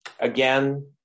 again